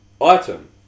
item